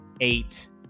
eight